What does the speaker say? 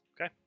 Okay